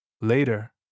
Later